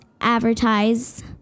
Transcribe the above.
advertise